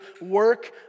work